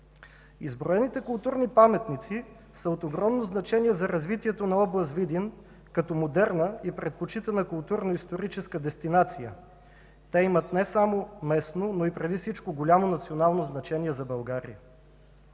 Изброените културни паметници са от огромно значение за развитието на област Видин като модерна и предпочитана културно-историческа дестинация. Те имат не само местно, но и преди всичко голямо национално значение за България.